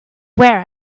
wear